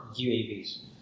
UAVs